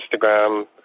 Instagram